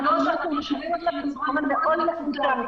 אנחנו שומעים אתכם מאוד מקוטע.